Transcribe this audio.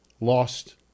lost